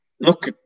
look